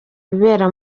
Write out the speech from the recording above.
bibera